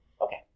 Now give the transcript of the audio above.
Okay